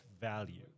value